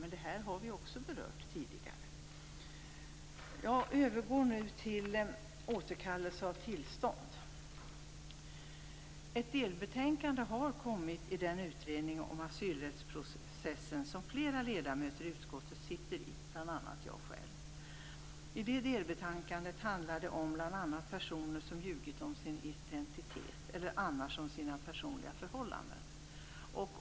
Men det har vi också berört tidigare. Jag övergår nu till återkallelse av tillstånd. Ett delbetänkande har kommit i den utredning om asylrättsprocessen som flera ledamöter i utskottet sitter i, bl.a. jag själv. Det delbetänkandet handlar bl.a. om personer som har ljugit om sin identitet eller annars om sina personliga förhållanden.